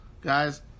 Guys